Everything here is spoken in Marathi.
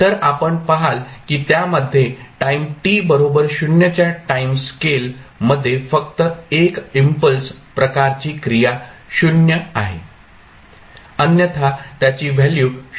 तर आपण पहाल की त्यामध्ये टाईम t बरोबर 0 च्या टाईम स्केल मध्ये फक्त 1 इम्पल्स प्रकारची क्रिया 0 आहे अन्यथा त्याची व्हॅल्यू 0 आहे